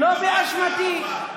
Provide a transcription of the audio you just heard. לא באשמתי.